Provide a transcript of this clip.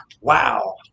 wow